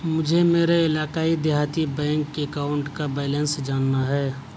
مجھے میرے علاقائی دیہاتی بینک اکاؤنٹ کا بیلنس جاننا ہے